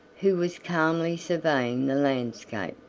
who was calmly surveying the landscape.